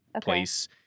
place